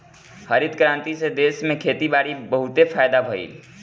हरित क्रांति से देश में खेती बारी में बहुते फायदा भइल